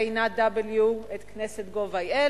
ל-einatw@knesset.gov.il,